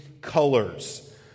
colors